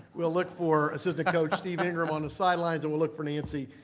we'll look for assistant coach steve ingram on the sidelines and we'll look for nancy